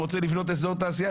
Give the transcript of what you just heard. רוצה לבנות איזור תעשייה,